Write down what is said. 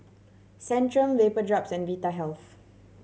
Centrum Vapodrops and Vitahealth